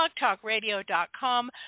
blogtalkradio.com